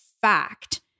fact